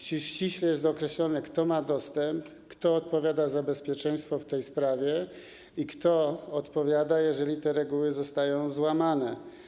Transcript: Czy ściśle jest określone, kto ma dostęp, kto odpowiada za bezpieczeństwo w tej sprawie i kto odpowiada, jeżeli te reguły zostają złamane?